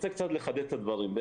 אני רוצה קצת לחדד את הדברים.